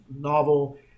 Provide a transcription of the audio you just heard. novel